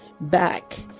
back